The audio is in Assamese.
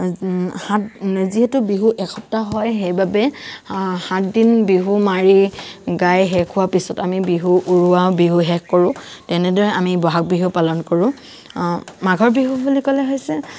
সাত যিহেতু বিহু এসপ্তাহ হয় সেইবাবে সাতদিন বিহু মাৰি গাই শেষ হোৱা পিছত আমি বিহু উৰুৱাও বিহু শেষ কৰো তেনেদৰে আমি ব'হাগ বিহু পালন কৰো মাঘৰ বিহু বুলি ক'লে হৈছে